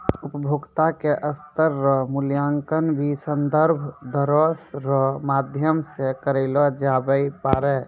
उपभोक्ता के स्तर रो मूल्यांकन भी संदर्भ दरो रो माध्यम से करलो जाबै पारै